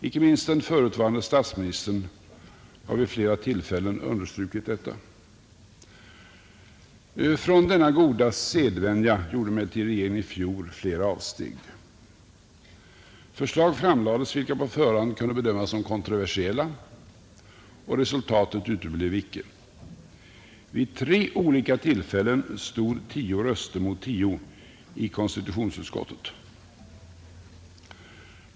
Inte minst den förutvarande statsministern har vid flera tillfällen understrukit detta. Från denna goda sedvänja gjorde emellertid regeringen i fjol flera avsteg. Förslag framlades, vilka på förhand kunde bedömas som kontroversiella, och resultatet uteblev icke. Vid tre olika tillfällen stod 10 röster mot 10 i konstitutionsutskottet.